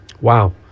Wow